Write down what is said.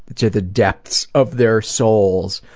to the depths of their souls,